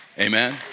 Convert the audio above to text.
Amen